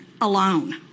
alone